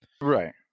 Right